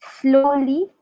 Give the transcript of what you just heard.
slowly